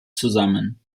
zusammen